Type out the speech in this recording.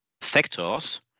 sectors